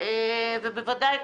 שעכשיו ובוודאי,